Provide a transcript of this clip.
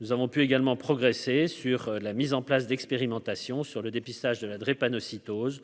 Nous avons pu également progresser sur la mise en place d'expérimentation sur le dépistage de la drépanocytose